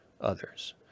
others